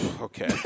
Okay